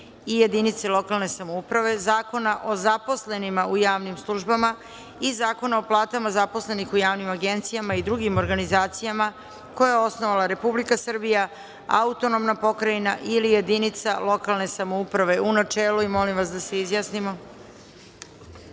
i jedinici lokalne samouprave, Zakona o zaposlenima u javnim službama i Zakona o platama zaposlenih u javnim agencijama i drugim organizacijama koje je osnovala Republika Srbija, AP ili jedinica lokalne samouprave, u načelu. Molim vas da se